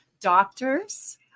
doctors